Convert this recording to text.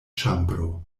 ĉambro